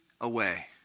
away